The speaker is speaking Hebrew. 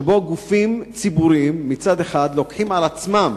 שבו גופים ציבוריים מצד אחד לוקחים על עצמם